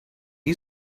you